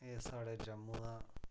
एह् साढ़े जम्मू दा